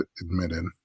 admitted